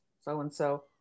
so-and-so